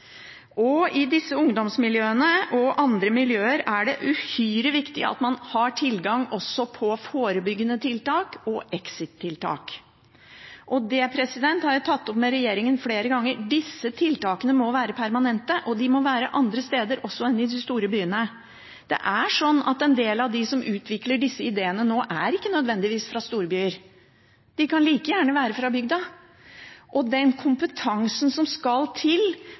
I disse ungdomsmiljøene og andre miljøer er det også uhyre viktig at man har tilgang på forebyggende tiltak og exit-tiltak. Det har jeg tatt opp med regjeringen flere ganger. Disse tiltakene må være permanente, og de må også være andre steder enn i de store byene. Det er sånn at en del av de som utvikler disse ideene nå, ikke nødvendigvis er fra storbyer. De kan like gjerne være fra bygda. Den kompetansen som skal til